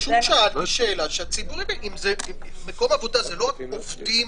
פשוט שאלתי שאלה, מקום עבודה זה לא רק עובדים